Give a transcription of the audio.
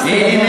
אז תדבר,